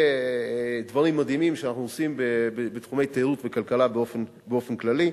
כדברים מדהימים שאנחנו עושים בתחומי התיירות והכלכלה באופן כללי.